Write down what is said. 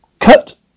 cut